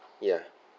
ya